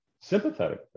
sympathetic